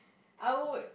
I would